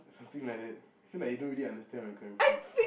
something like that feel like you don't really understand where I'm coming from